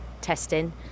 testing